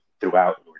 throughout